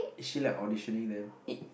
is she like auditioning them